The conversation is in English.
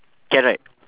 can right